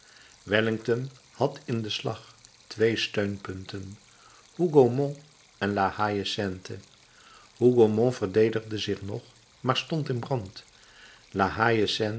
wellington had in den slag twee steunpunten hougomont en la haie sainte hougomont verdedigde zich nog maar stond in brand